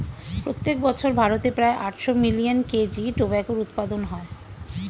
প্রত্যেক বছর ভারতে প্রায় আটশো মিলিয়ন কেজি টোবাকোর উৎপাদন হয়